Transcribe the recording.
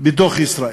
בתוך ישראל,